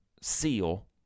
seal